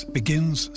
begins